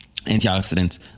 antioxidants